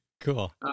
Cool